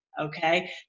Okay